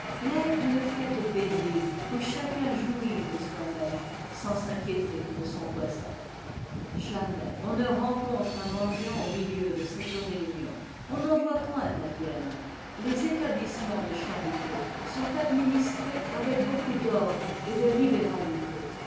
l'air d'une fête paisible où chacun jouit de soi-même sans s'inquiéter de son voisin jamais on ne rencontre un mendiant au milieu de cette réunion on n'en voit point à vienne les établissements de charité sont administrés avec beaucoup d'ordre et de libéralité